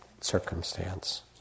circumstance